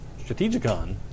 Strategicon